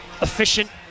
efficient